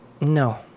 No